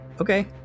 Okay